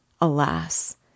Alas